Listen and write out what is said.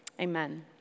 Amen